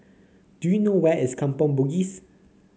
do you know where is Kampong Bugis